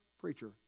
preacher